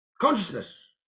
consciousness